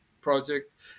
Project